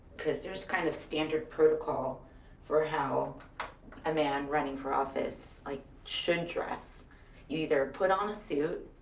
cause there's kind of standard protocol for how a man running for office, like, should dress. you either put on a suit,